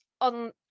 on